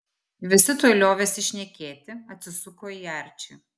visi tuoj liovėsi šnekėti atsisuko į arčį